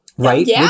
Right